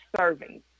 serving